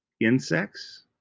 insects